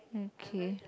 okay